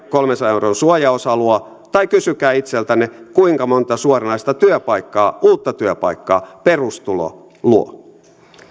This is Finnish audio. kolmensadan euron suojaosa luo tai kysykää itseltänne kuinka monta suoranaista työpaikkaa uutta työpaikkaa perustulo luo